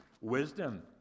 wisdom